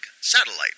satellite